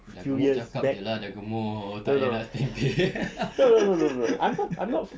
dah gemuk cakap jer lah dah gemuk tak yah lah